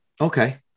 okay